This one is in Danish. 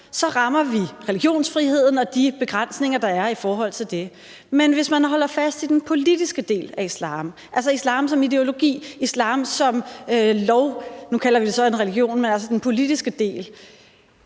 rammer vi religionsfriheden og de begrænsninger, der er i forhold til det. Men hvis vi holder fast i den politiske del af islam, altså i islam som en ideologi, kunne man så ikke forestille sig, at vi, når vi angriber dens